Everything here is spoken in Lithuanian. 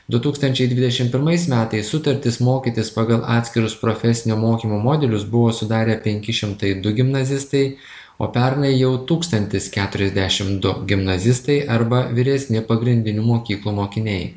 du tūkstančiai dvidešimt pirmais metais sutartis mokytis pagal atskirus profesinio mokymo modelius buvo sudarė penki šimtai du gimnazistai o pernai jau tūkstantis keturiasdešimt du gimnazistai arba vyresni pagrindinių mokyklų mokiniai